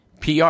PR